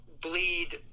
bleed